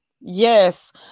yes